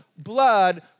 blood